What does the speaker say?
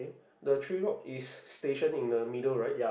the three rock is station in the middle right